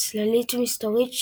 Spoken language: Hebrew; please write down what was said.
צללית מסתורית,